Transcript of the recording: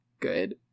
good